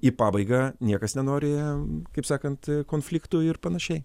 į pabaigą niekas nenori kaip sakant konfliktų ir panašiai